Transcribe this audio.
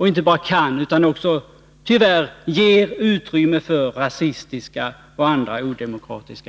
inte bara kan 2 juni 1982 ge utan tyvärr också ger utrymme för rasistiska och andra odemokratiska